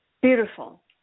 Beautiful